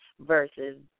versus